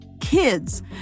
kids